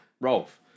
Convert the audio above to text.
Rolf